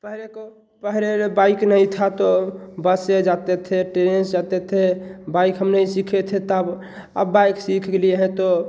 पहले को पहले जब बाइक नहीं था तो बस से जाते थे ट्रेन से जाते थे बाइक हम नहीं सीखते थे तब अब बाइक सीख भी लिया है तो